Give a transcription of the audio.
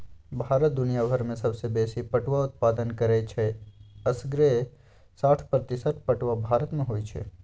भारत दुनियाभर में सबसे बेशी पटुआ उत्पादन करै छइ असग्रे साठ प्रतिशत पटूआ भारत में होइ छइ